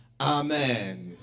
Amen